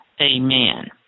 amen